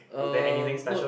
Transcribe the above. um no